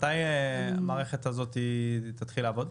מתי המערכת הזאת תתחיל לעבוד,